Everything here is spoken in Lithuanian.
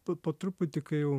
bet po truputį kai jau